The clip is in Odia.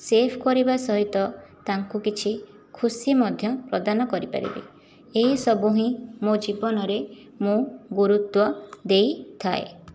ସେଭ୍ କରିବା ସହିତ ତାଙ୍କୁ କିଛି ଖୁସି ମଧ୍ୟ ପ୍ରଦାନ କରିପାରିବି ଏହିସବୁ ହିଁ ମୋ' ଜୀବନରେ ମୁଁ ଗୁରୁତ୍ଵ ଦେଇଥାଏ